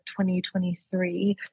2023